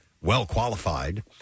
well-qualified